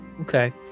Okay